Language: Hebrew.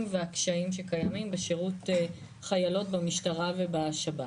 והקשיים שקיימים בשירות חיילות במשטרה ובשב"ס,